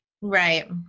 Right